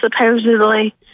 supposedly